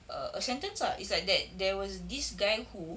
a a sentence ah it's like that there was this guy who